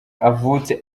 avutse